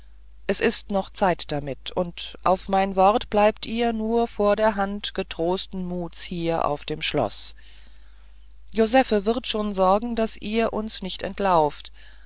es hat noch zeit damit und auf mein wort bleibt ihr nur vorderhand getrosten muts hier auf dem schlosse josephe wird schon sorgen daß ihr uns nicht entlauft